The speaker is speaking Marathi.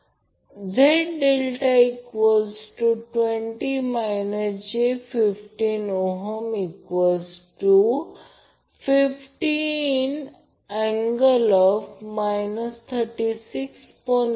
म्हणूनच हा Vbc आहे जो काही इथे आहे तो Vab आहे आणि हा Vca आहे फक्त या त्रिकोणाला बनवा आणि जर सर्व जोडा तर ते समान असेल प्रत्यक्षात हे काहीतरी समान आहे म्हणून चिन्हांकित केले आहे